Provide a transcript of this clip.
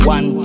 One